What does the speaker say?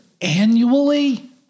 annually